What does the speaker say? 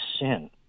sin